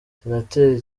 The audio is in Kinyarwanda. senateri